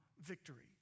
victory